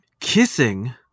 kissing